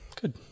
Good